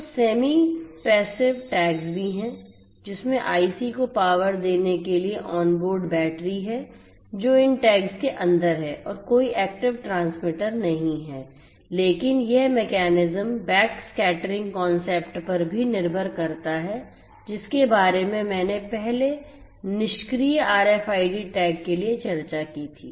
तो semi passive tags भी हैं जिसमें आईसी को पावर देने के लिए ऑनबोर्ड बैटरी है जो इन टैग्स के अंदर है और कोई एक्टिव ट्रांसमीटर नहीं है लेकिन यह मैकेनिज्म बैकस्कैटरिंग कॉन्सेप्ट पर भी निर्भर करता है जिसके बारे में मैंने पहले निष्क्रिय आरएफआईडी टैग के लिए चर्चा की थी